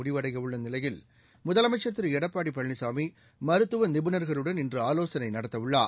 முடிவடைய உள்ள நிலையில் முதலமைச்ச் திரு எடப்பாடி பழனிசாமி மருத்துவ நிபுணர்களுடன் இன்று ஆலோசனை நடத்த உள்ளார்